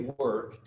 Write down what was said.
work